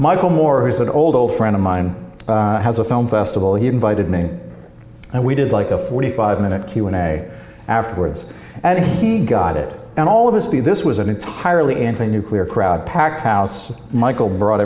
michael moore who's an old old friend of mine has a film festival he invited me and we did like a forty five minute q and a afterwards and he got it and all of us to be this was an entirely anti nuclear crowd packed house michael brought